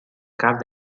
cap